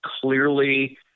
clearly